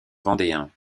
vendéens